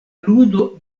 ludo